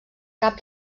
cap